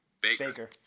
Baker